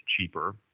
cheaper